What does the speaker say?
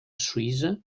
suïssa